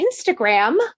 Instagram